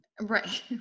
Right